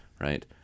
right